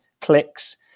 clicks